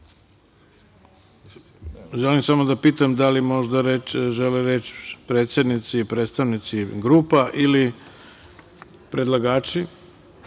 želim samo da pitam da li možda reč žele predsednici i predstavnici grupa ili predlagači? Hvala,